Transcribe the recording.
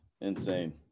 Insane